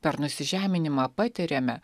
per nusižeminimą patiriame